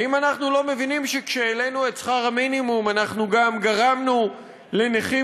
האם אנחנו לא מבינים שכשהעלינו את שכר המינימום אנחנו גם גרמנו לנכים